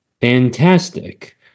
Fantastic